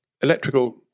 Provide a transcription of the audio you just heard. electrical